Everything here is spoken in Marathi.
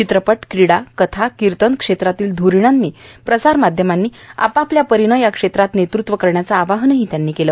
चित्रपट क्रीडा कथा कीर्तन क्षेत्रांतल्या ध्रीणांनी प्रसार माध्यमांनी आपापल्या परीनं या क्षेत्रात नेतृत्व करण्याचं आवाहनही त्यांनी केलं